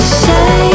say